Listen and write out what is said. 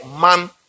man